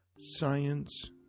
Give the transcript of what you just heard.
science